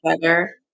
better